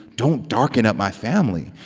don't darken up my family,